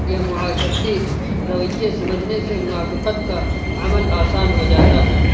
یا معاشرتی رویے سمجھنے سے موافقت کا عمل آسان ہو جاتا ہے